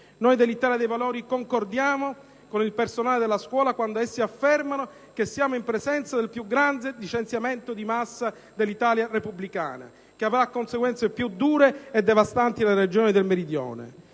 Noi dell'Italia dei Valori concordiamo con il personale della scuola quando afferma che siamo in presenza del più grande licenziamento di massa dell'Italia repubblicana, che avrà conseguenze più dure e devastanti nelle Regioni del Meridione.